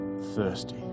thirsty